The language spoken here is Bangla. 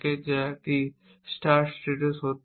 যা একটি স্টার্টস সেটে সত্য হয়